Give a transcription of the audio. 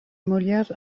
molière